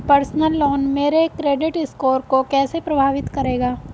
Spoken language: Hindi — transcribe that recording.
पर्सनल लोन मेरे क्रेडिट स्कोर को कैसे प्रभावित करेगा?